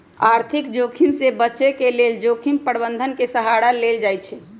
आर्थिक जोखिम से बचे के लेल जोखिम प्रबंधन के सहारा लेल जाइ छइ